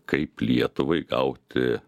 kaip lietuvai gauti